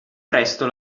presto